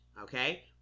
okay